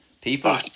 People